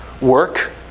Work